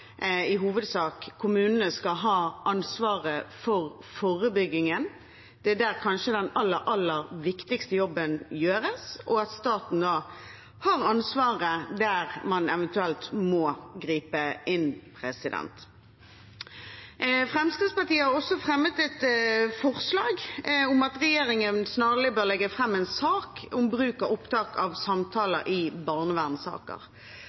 der den kanskje aller viktigste jobben gjøres – og at staten har ansvaret der man eventuelt må gripe inn. Fremskrittspartiet har også fremmet et forslag om at regjeringen snarlig bør legge fram en sak om bruk av opptak av